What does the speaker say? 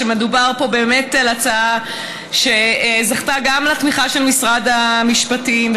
ומדובר פה באמת על הצעה שזכתה גם לתמיכה של משרד המשפטים,